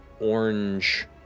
orange